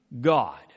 God